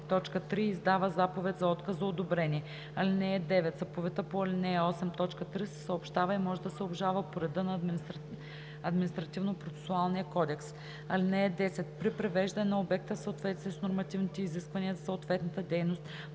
или 3. издава заповед за отказ за одобрение. (9) Заповедта по ал. 8, т. 3 се съобщава и може да се обжалва по реда на Административнопроцесуалния кодекс. (10) При привеждане на обекта в съответствие с нормативните изисквания за съответната дейност,